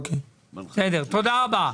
בסדר, תודה רבה.